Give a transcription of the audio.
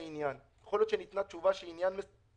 אפשר לעשות הפסקה כדי שאבין במה מדובר.